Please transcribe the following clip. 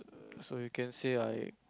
so you can say I